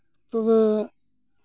ᱛᱚᱵᱮ